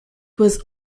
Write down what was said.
was